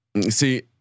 See